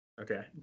Okay